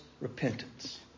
repentance